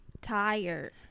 tired